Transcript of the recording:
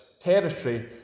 territory